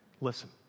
Listen